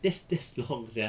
that's that's long sia